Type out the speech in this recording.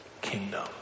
kingdom